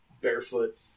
barefoot